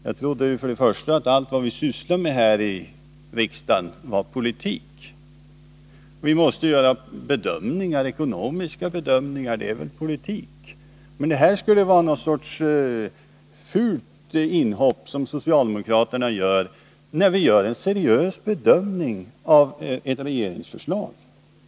Jag trodde att allt som vi sysslade med här i riksdagen var politik. Vi måste göra ekonomiska bedömningar — det är väl politik. Men här skulle det vara fråga om någon sorts fult inhopp som socialdemokraterna gör när vi gör en seriös bedömning av ett regeringsförslag.